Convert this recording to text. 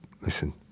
listen